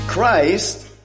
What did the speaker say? Christ